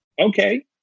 okay